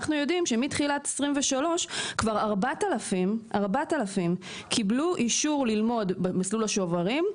אנחנו יודעים שמתחילת 2023 כבר 4000 קיבלו אישור ללמוד במסלול השוברים,